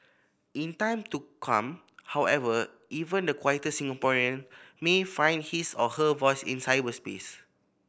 in time to come however even the quieter Singaporean may find his or her voice in cyberspace